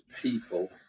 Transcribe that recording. people